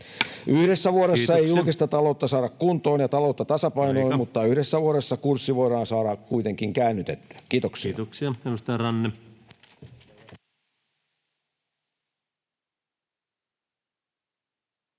Kiitoksia!] ei julkista taloutta saada kuntoon ja taloutta tasapainoon, [Puhemies: Aika!] mutta yhdessä vuodessa kurssi voidaan saada kuitenkin käännytettyä. — Kiitoksia.